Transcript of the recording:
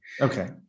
Okay